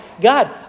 God